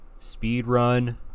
speedrun